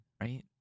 right